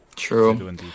True